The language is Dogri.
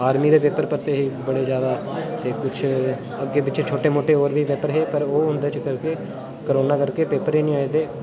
आर्मी दे पेपर भरदे हे बड़े ज्यादा ते कुछ अग्गें पिच्छे छोटे मोटे होर बी पेपर हे पर ओह् उंदे च करके कोरोना करके पेपर ही नी होए ते